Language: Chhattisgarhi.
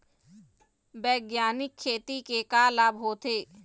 बैग्यानिक खेती के का लाभ होथे?